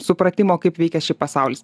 supratimo kaip veikia ši pasaulis